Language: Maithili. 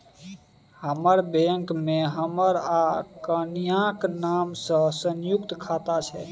हमर बैंक मे हमर आ कनियाक नाम सँ संयुक्त खाता छै